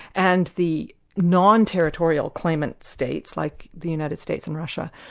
and the non-territorial claimant states, like the united states and russia,